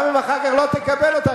גם אם אחר כך לא תקבל אותה,